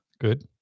Good